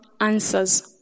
answers